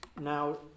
now